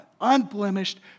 unblemished